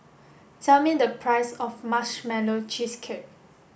tell me the price of marshmallow cheesecake